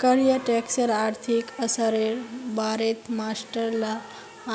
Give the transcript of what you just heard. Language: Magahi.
कर या टैक्सेर आर्थिक असरेर बारेत मास्टर ला